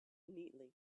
neatly